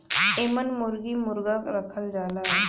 एमन मुरगी मुरगा रखल जाला